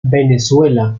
venezuela